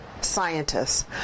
Scientists